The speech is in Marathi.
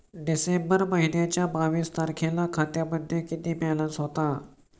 डिसेंबर महिन्याच्या बावीस तारखेला खात्यामध्ये किती बॅलन्स होता?